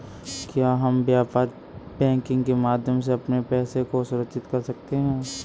क्या हम व्यापार बैंकिंग के माध्यम से अपने पैसे को सुरक्षित कर सकते हैं?